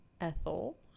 ethel